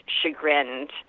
chagrined